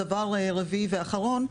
דבר רביעי ואחרון.